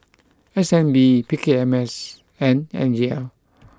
S N B P K M S and N E L